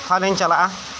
ᱠᱷᱟᱱᱮᱧ ᱪᱟᱞᱟᱜᱼᱟ